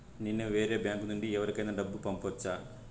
నేను వేరే బ్యాంకు నుండి ఎవరికైనా డబ్బు పంపొచ్చా?